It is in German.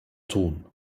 tun